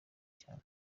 cyane